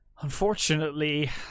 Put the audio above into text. unfortunately